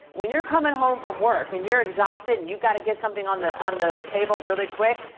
when you're coming home from work and you're exhausted and you've gotta get something on the on the table really quick,